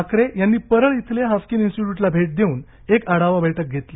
ठाकरे यांनी परळ इथल्या हाफकिन इन्स्टिट्यूटला भेट देऊन एक आढावा बैठक घेतली